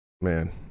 man